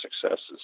successes